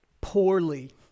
poorly